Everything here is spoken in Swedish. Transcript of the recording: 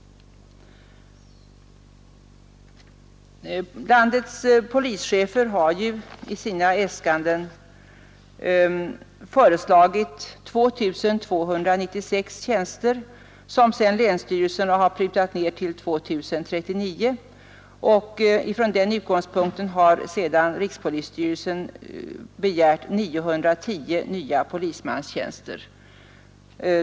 Landets polischefer har i sina äskanden föreslagit 2 296 tjänster, som länsstyrelserna sedan har prutat ned till 2 039. Från denna utgångspunkt har rikspolisstyrelsen begärt 910 nya polismanstjänster.